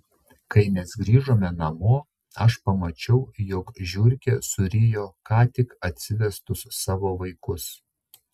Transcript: kai mes grįžome namo aš pamačiau jog žiurkė surijo ką tik atsivestus savo vaikus